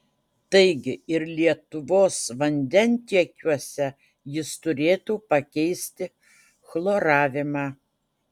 taigi ir lietuvos vandentiekiuose jis turėtų pakeisti chloravimą